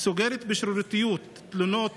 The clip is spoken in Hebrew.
סוגרת בשיטתיות תלונות